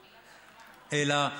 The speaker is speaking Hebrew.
אלא,